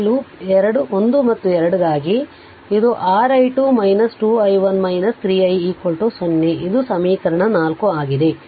ಈ 1 ಲೂಪ್ 2 ಗಾಗಿ ಇದು 6 i2 2 i1 3 i 0 ಇದು ಸಮೀಕರಣ 4 ಆಗಿದೆ